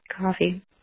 coffee